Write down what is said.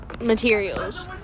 materials